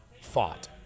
fought